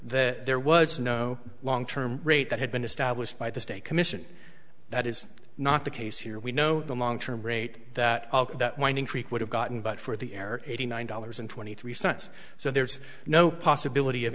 that there was no long term rate that had been established by the state commission that is not the case here we know the long term rate that that winding creek would have gotten but for the error eighty nine dollars and twenty three cents so there's no possibility of